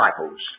disciples